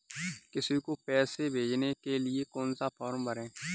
किसी को पैसे भेजने के लिए कौन सा फॉर्म भरें?